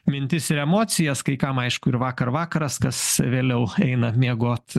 mintis ir emocijas kai kam aišku ir vakar vakaras kas vėliau eina miegot